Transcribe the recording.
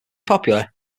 popular